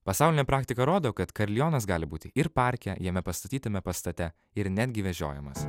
pasaulinė praktika rodo kad karilionas gali būti ir parke jame pastatytame pastate ir netgi vežiojamas